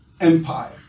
Empire